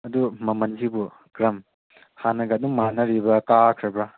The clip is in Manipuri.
ꯑꯗꯨ ꯃꯃꯟꯁꯤꯕꯨ ꯀꯔꯝ ꯍꯥꯟꯅꯒ ꯑꯗꯨꯝ ꯃꯥꯟꯅꯔꯤꯕ꯭ꯔꯥ ꯀꯥꯈ꯭ꯔꯕ